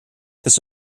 this